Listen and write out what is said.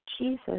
Jesus